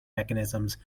mechanisms